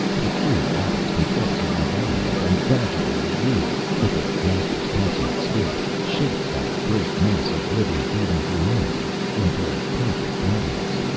the true artist controls his environment, and gradually you, with a master's consummate skill, shape that great mass of living, breathing humanity into a perfect audience.